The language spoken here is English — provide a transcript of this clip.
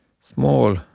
small